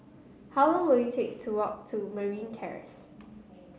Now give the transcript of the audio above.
how long will it take to walk to Merryn Terrace